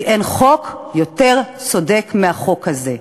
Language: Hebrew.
כי אין חוק יותר צודק מהחוק הזה.